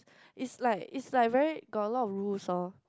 is like is like very got a lot of rules lor